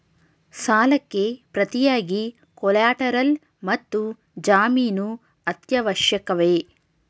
ಸಾಲಕ್ಕೆ ಪ್ರತಿಯಾಗಿ ಕೊಲ್ಯಾಟರಲ್ ಮತ್ತು ಜಾಮೀನು ಅತ್ಯವಶ್ಯಕವೇ?